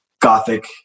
gothic